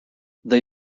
they